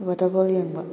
waterfall ꯌꯦꯡꯕ